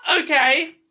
Okay